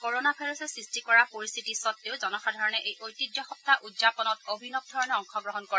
corona ভাইৰাছে সৃষ্টি কৰা পৰিস্থিতি স্বতেও জনসাধাৰণে এই ঐতিহ্য সপ্তাহ উদযাপনত অভিনৱ ধৰণে অংশগ্ৰহণ কৰে